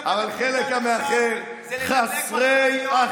חלקה אני לא מתפלא, אבל החלק האחר חסר אחריות.